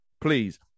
please